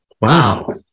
Wow